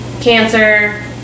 cancer